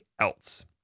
else